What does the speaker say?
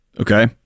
Okay